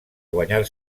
guanyar